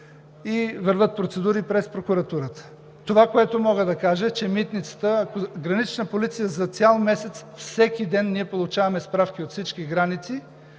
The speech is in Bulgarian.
и вървят процедури през прокуратурата. Това, което мога да кажа, е: от Гранична полиция цял месец – всеки ден, ние получаваме справки от всички граници,